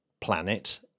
planet